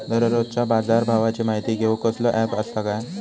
दररोजच्या बाजारभावाची माहिती घेऊक कसलो अँप आसा काय?